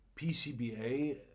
PCBA